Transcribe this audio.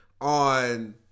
on